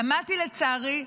לצערי,